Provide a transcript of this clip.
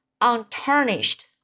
untarnished